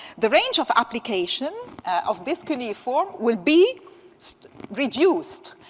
the range of application of this cuneiform will be reduced,